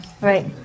Right